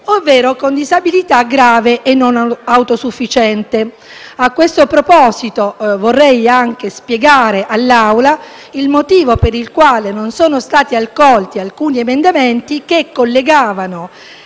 ovvero con disabilità grave o non autosufficienza. A questo proposito vorrei anche spiegare all'Assemblea il motivo per il quale non sono stati accolti alcuni emendamenti, che collegavano